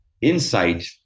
insight